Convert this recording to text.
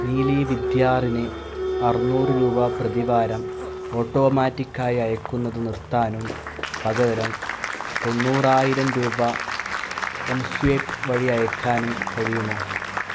നീലി വിദ്യാറിന് അറുന്നൂറ് രൂപ പ്രതിവാരം ഓട്ടോമാറ്റിക്ക് ആയി അയയ്ക്കുന്നത് നിർത്താനും പകരം തൊണ്ണൂറായിരം രൂപ എം സ്വൈപ്പ് വഴി അയയ്ക്കാനും കഴിയുമോ